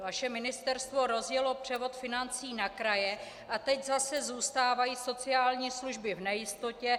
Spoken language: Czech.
Vaše ministerstvo rozjelo převod financí na kraje a teď zase zůstávají sociální služby v nejistotě.